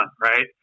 right